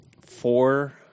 four